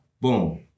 boom